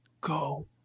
go